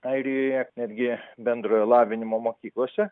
airijoje netgi bendrojo lavinimo mokyklose